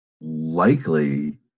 likely